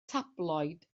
tabloid